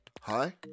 hi